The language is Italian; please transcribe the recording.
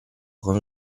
con